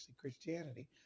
christianity